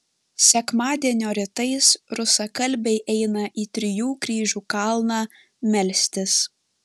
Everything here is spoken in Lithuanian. sekmadienio rytais rusakalbiai eina į trijų kryžių kalną melstis